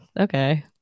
okay